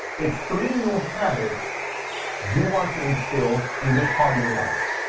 it's three new habits you want to instill in this part of your life.